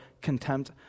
contempt